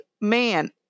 man